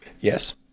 Yes